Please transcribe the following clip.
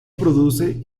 produce